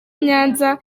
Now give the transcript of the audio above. nyanza